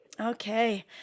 Okay